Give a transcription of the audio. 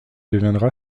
deviendra